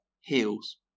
heels